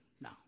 No